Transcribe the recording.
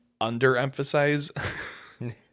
underemphasize